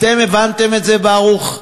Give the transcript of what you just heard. אתם הבנתם את זה, ברוך?